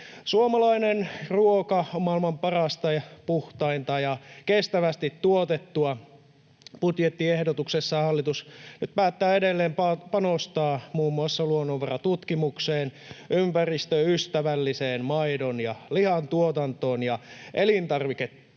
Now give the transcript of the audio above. Suomalainen ruoka on maailman parasta, puhtainta ja kestävästi tuotettua. Budjettiehdotuksessa hallitus päättää edelleen panostaa muun muassa luonnonvaratutkimukseen, ympäristöystävälliseen maidon- ja lihantuotantoon ja elintarviketurvallisuuteen,